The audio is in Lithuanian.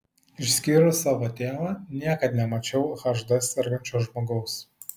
išskyrus savo tėvą niekad nemačiau hd sergančio žmogaus